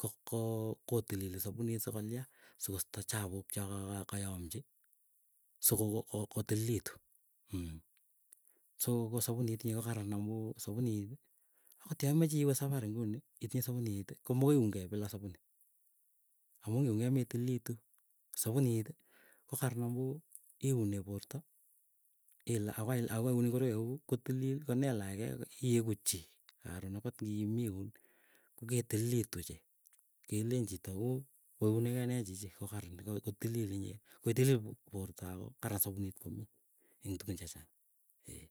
ko kookotilili sapuni sokolia sokosto chapuk cha kaka kayamchi sokokotililitu mm. So ko sapunit inyee kokaran amuu, sapunit ako yaimeche iwee sapari nguni itinye sapuniti. Komokoi iunkei bila sapuni amu ngiunkei metililitu. Sapunit ko karan amuu iunee porta ila akokaiun ingoroik kakuu kotilil. Konelachkei iegu chii. Karon akot ngimii kuni koketililitu ochei kelen chito uu koiunikei nee chichi, kokarani kotilil inyee, kotilil porta ako karan sapunit komie ing tukun chechang ee,